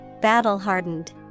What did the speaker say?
Battle-hardened